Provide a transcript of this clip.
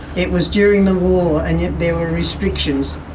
it was during the war and there were restrictions.